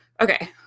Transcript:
Okay